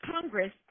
Congress